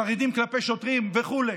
חרדים כלפי שוטרים וכו'.